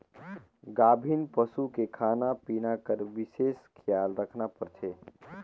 गाभिन पसू के खाना पिना कर बिसेस खियाल रखना परथे